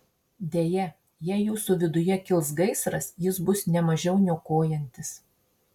deja jei jūsų viduje kils gaisras jis bus ne mažiau niokojantis